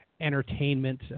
entertainment